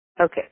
Okay